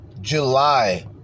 July